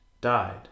died